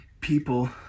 people